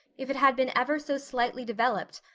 if it had been ever so slightly developed,